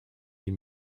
die